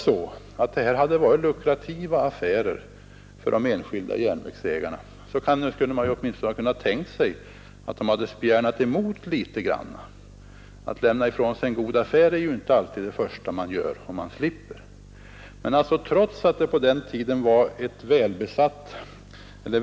Hade dessa järnvägar varit lukrativa för de enskilda ägarna skulle de väl åtminstone ha spjärnat emot en inlösen. Man lämnar ju inte gärna ifrån sig en god affär om man slipper. Men de enskilda järnvägarna var tydligen ingen god affär trots att tågen på den tiden var välbesatta.